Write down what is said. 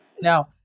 Now